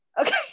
okay